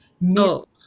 no